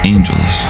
Angels